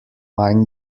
main